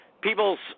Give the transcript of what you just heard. people's